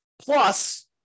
Plus